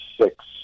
six